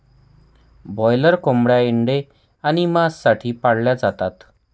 broiler कोंबड्या अंडे आणि मांस साठी पाळल्या जातात